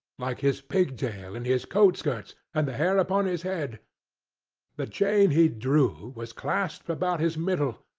like his pigtail, and his coat-skirts, and the hair upon his head the chain he drew was clasped about his middle.